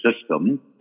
system